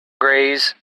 graze